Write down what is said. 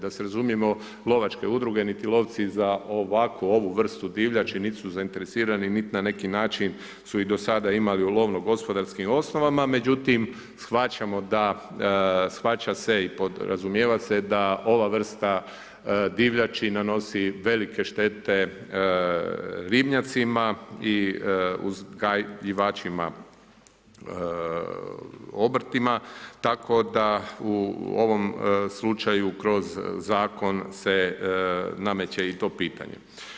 Da se razumijemo, lovačke udruge niti lovci za ovakvu vrstu divljači, niti su zainteresirani niti na neki način su i do sada imali u lovnogospodarskim osnovama, međutim, shvaćamo, shvaća se i podrazumijeva se da ova vrsta divljači nanosi velike štete ribnjacima i uzgajivačima obrtima, tako da u ovom slučaju kroz zakon se nameče i to pitanje.